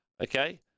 okay